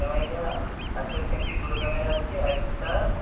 ক্যামেরাটা আটচল্লিশ এমপির দুটো ক্যামেরা আছে আরেকটা